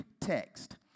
text